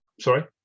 Sorry